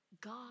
God